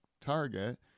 target